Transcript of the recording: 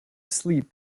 sleep